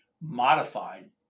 modified